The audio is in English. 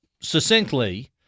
succinctly